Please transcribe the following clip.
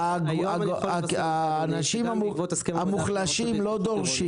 האנשים המוחלשים לא דורשים.